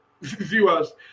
viewers